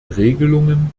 regelungen